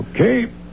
Okay